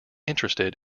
interested